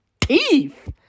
teeth